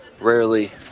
Rarely